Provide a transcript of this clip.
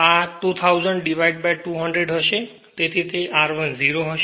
આ R2000 divided200 હશે તેથી તે R10 હશે